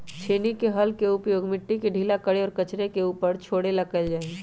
छेनी के हल के उपयोग मिट्टी के ढीला करे और कचरे के ऊपर छोड़े ला कइल जा हई